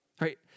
right